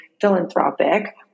philanthropic